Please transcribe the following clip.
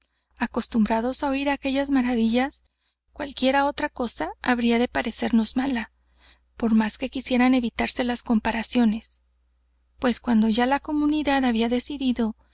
acostumbrados á oir aquellas maravillas cualquiera otra cosa había de parecemos mala por más que quisieran evitarse las comparaciones pues cuando ya la comunidad había decidido